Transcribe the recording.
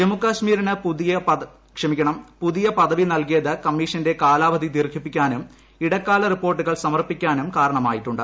ജമ്മുകശ്മീരിന് പുതിയ പദവി നൽകിയത് കമ്മീഷന്റെ കാലാവധി ദീർഘിപ്പിക്കാനും ഇടക്കാല റിപ്പോർട്ടുകൾ സമർപ്പിക്കാനും കാരണമായിട്ടുണ്ട്